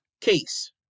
case